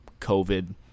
COVID